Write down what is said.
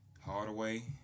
Hardaway